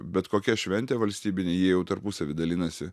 bet kokia šventė valstybinė jie jau tarpusavy dalinasi